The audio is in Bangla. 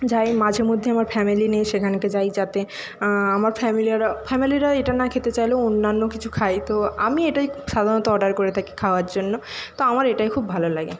যাই মাঝে মধ্যেই আমার ফ্যামিলি নিয়ে সেখানেকে যাই যাতে আমার ফ্যামালিরও ফ্যামিলিরাও এটা না খেতে চাইলে অন্যান্য কিছু খায় তো আমি এটাই সাধারণত অর্ডার করে থাকি খাওয়ার জন্য তো আমার এটাই খুব ভালো লাগে